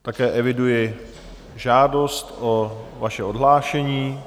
Také eviduji žádost o vaše odhlášení.